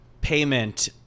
payment